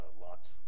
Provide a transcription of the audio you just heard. lots